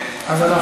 אבל,